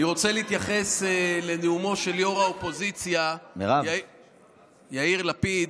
אני רוצה להתייחס לנאומו של יו"ר האופוזיציה יאיר לפיד,